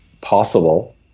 possible